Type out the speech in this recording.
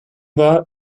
war